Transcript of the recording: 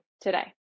today